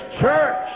church